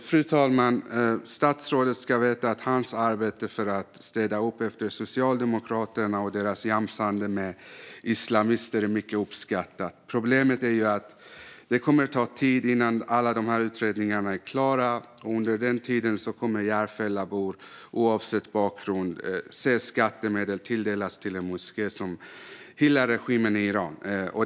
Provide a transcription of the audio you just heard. Fru talman! Statsrådet ska veta att hans arbete för att städa upp efter Socialdemokraterna och deras jamsande med islamister är mycket uppskattat. Problemet är dock att det kommer att ta tid innan alla dessa utredningar är klara, och under den tiden kommer Järfällabor oavsett bakgrund att se skattemedel tilldelas en moské som hyllar regimen i Iran.